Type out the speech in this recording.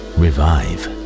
revive